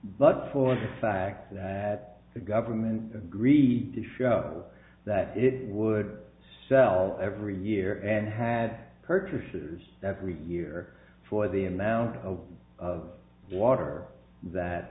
but for the fact that the government agreed to show that it would sell every year and had purchases every year for the amount of water that